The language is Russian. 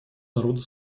народа